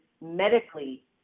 medically